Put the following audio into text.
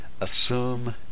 Assume